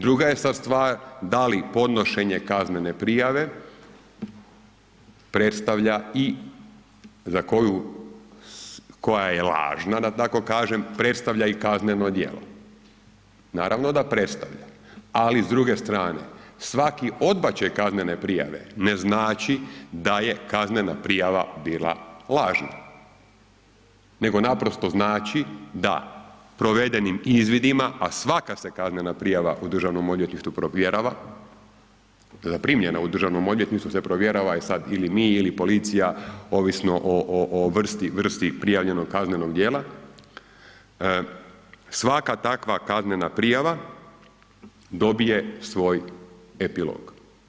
Druga je sad stvar da li podnošenje kaznene prijave predstavlja i koja je lažna da tako kažem, predstavlja i kazneno djelo, naravno da predstavlja ali s druge strane, svaki odbačaj kaznene prijave ne znači da je kaznena prijava bila lažna nego naprosto znači da provedenim izvidima a svaka se kaznena prijava u Državnom odvjetništvu provjerava, zaprimljena u Državnom odvjetništvu se provjerava, e sad ili mi ili policija, ovisno o vrsti prijavljenog kaznenog djela, svaka takva kaznena prijava dobije svoj epilog.